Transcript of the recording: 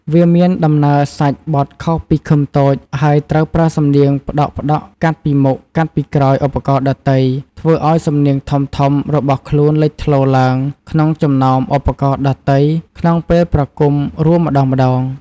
វាមានដំណើរសាច់បទខុសពីឃឹមតូច ហើយត្រូវប្រើសំនៀងផ្ដក់ៗកាត់ពីមុខកាត់ពីក្រោយឧបករណ៍ដទៃ ធ្វើឲ្យសំនៀងធំៗរបស់ខ្លួនលេចធ្លោឡើងក្នុងចំណោមឧបករណ៍ដទៃក្នុងពេលប្រគំរួមម្ដងៗ។